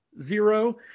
Zero